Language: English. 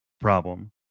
problem